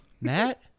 Matt